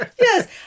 Yes